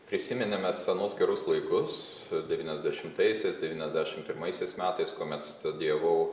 prisiminėme senus gerus laikus devyniasdešimtaisiais devyniasdešimt pirmaisiais metais kuomet studijavau